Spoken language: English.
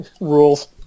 rules